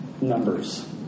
numbers